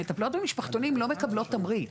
המטפלות במשפחתונים לא מקבלות תמריץ.